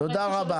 תודה רבה.